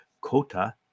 Cota